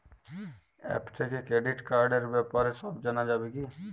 App থেকে credit কার্ডর ব্যাপারে সব জানা যাবে কি?